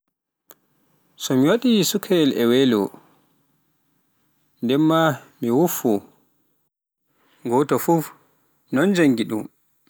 So mi waɗtii cukalel e welo, ndeen maa mi woppu, gooto fof non janngii ɗuum